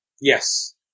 Yes